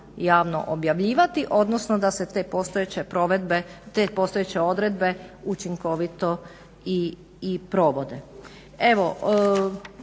javno objavljivati, odnosno da se te postojeće odredbe učinkovito i provode.